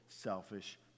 selfish